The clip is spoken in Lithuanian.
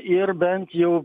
ir bent jau